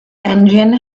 engine